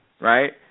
right